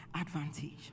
advantage